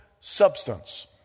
substance